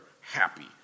happy